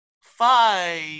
Five